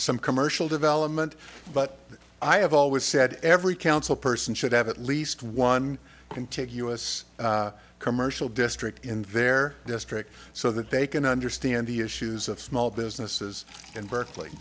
some commercial development but i have always said every council person should have at least one contiguous commercial district in their district so that they can understand the issues of small businesses and berkeley